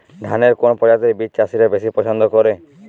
ধানের কোন প্রজাতির বীজ চাষীরা বেশি পচ্ছন্দ করে?